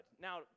now